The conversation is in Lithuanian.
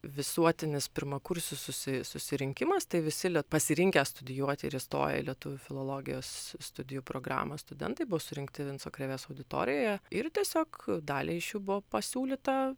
visuotinis pirmakursių susi susirinkimas tai visi liet pasirinkę studijuoti ir įstoję į lietuvių filologijos studijų programą studentai buvo surinkti vinco krėvės auditorijoje ir tiesiog daliai iš jų buvo pasiūlyta